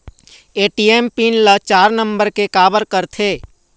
ATM PIN चार number के काबर करथे?